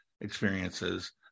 experiences